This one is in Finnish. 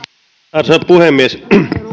arvoisa puhemies